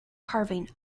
carving